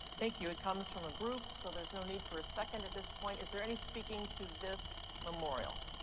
thank you, it comes from a group so there's no need for a second at this point. is there any speaking to this memorial?